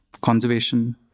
conservation